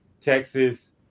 texas